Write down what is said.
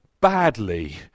badly